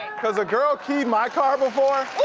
cause a girl keyed my car before.